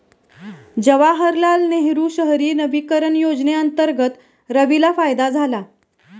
जवाहरलाल नेहरू शहरी नवीकरण योजनेअंतर्गत रवीला फायदा झाला